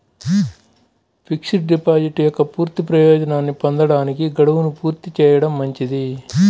fixed deposit యొక్క పూర్తి ప్రయోజనాన్ని పొందడానికి, గడువును పూర్తి చేయడం మంచిది